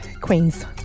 Queens